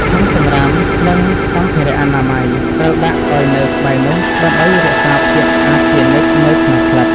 ធុងសម្រាម និងសម្ភារៈអនាម័យ ត្រូវដាក់ឱ្យនៅក្បែរនោះ ដើម្បីរក្សាភាពស្អាតជានិច្ចនៅក្នុងក្លឹប។